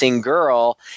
girl